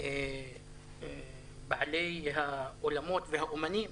את עולם השמחות.